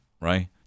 Right